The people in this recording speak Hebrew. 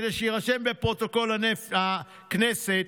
כדי שיירשם בפרוטוקול הכנסת: